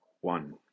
one